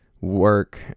work